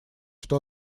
что